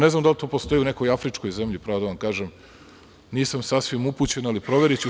Ne znam da li to postoji u nekoj Afričkoj zemlji, pravo da vam kažem, nisam sasvim upućen, ali proveriću.